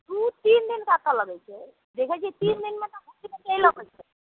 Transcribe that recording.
दू तीन दिन कत्तऽ लगैत छै देखैत छियै तीन दिनमे तऽ बेसी नहि लगैत छै